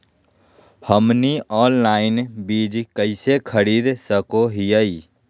हमनी ऑनलाइन बीज कइसे खरीद सको हीयइ?